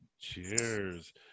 Cheers